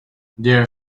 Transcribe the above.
their